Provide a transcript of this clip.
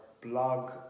blog